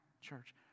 church